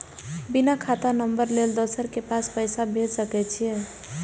बिना खाता नंबर लेल दोसर के पास पैसा भेज सके छीए?